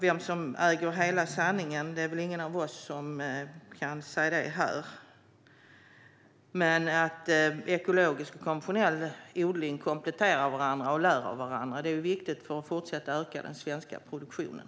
Vem som äger hela sanningen kan nog ingen av oss här säga. Men att ekologisk och konventionell odling kompletterar och lär av varandra är viktigt för att vi ska kunna fortsätta att öka den svenska produktionen.